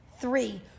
Three